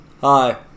Hi